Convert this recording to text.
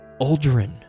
Aldrin